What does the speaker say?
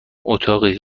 اتاقی